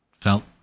felt